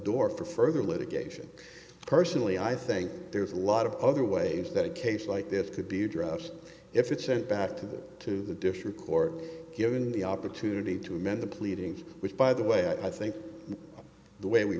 door for further litigation personally i think there's a lot of other ways that a case like this could be addressed if it's sent back to the to the different corps given the opportunity to amend the pleadings which by the way i think the way we